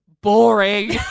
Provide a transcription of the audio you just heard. boring